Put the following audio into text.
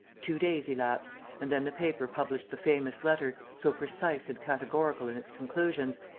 two days elapsed and then the paper published the famous letter, so precise and categorical in its conclusions,